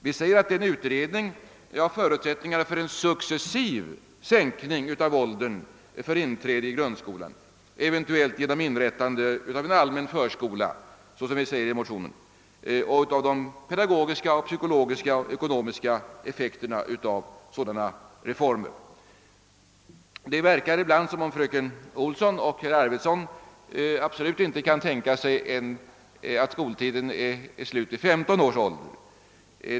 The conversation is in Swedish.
Vi begär ju en utredning »av förutsättningarna för en successiv sänkning av åldern för inträde i grundskolan eventuellt genom Det verkar ibland som om fröken Olsson och herr Arvidson absolut inte kunde tänka sig att skoltiden är slut vid femton års ålder.